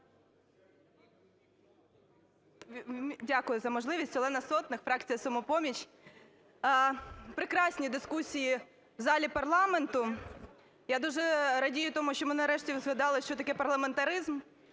Дякую за можливість. Олена Сотник, фракція "Самопоміч". Прекрасні дискусії в залі парламенту. Я дуже радію тому, що ми нарешті згадали, що таке парламентаризм.